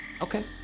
Okay